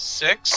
six